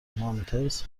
مانتس